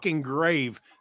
grave